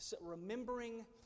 remembering